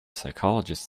psychologist